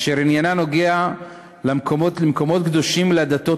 אשר עניינה נוגע למקומות קדושים לדתות